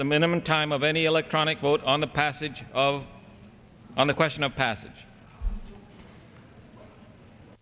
the minimum time of any electronic vote on the passage of on the question of passage